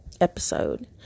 episode